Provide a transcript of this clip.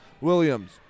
Williams